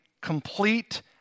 complete